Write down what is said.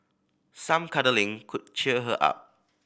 some cuddling could cheer her up